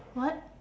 what